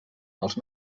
els